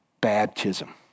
baptism